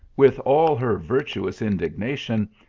with all her virtuous indignation,